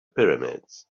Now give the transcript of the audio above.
pyramids